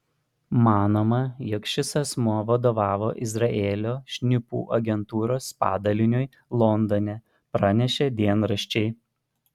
manoma jog šis asmuo vadovavo izraelio šnipų agentūros padaliniui londone pranešė dienraščiai